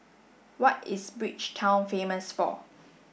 what is Bridgetown famous for